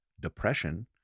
depression